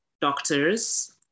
doctors